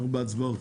אנחנו בהצבעות.